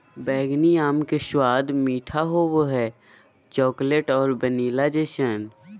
बैंगनी आम के स्वाद मीठा होबो हइ, चॉकलेट और वैनिला जइसन